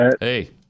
Hey